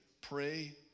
pray